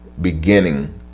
beginning